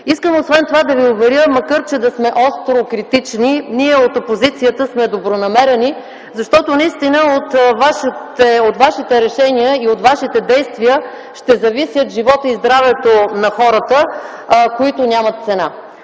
Освен това искам да Ви уверя, макар да сме остро критични, ние от опозицията сме добронамерени, защото от Вашите решения и действия ще зависят животът и здравето на хората, които нямат цена.